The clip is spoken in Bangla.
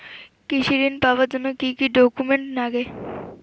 কৃষি ঋণ পাবার জন্যে কি কি ডকুমেন্ট নাগে?